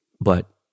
But-